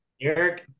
Eric